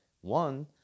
One